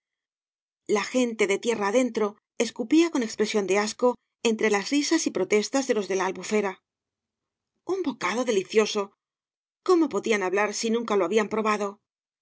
la gente de tierra adentro escupía con expresión de asco entre las risas y protestas de los de la albufera un bocado delicioso cómo podían cañas y barro hablar si nunca lo habían probado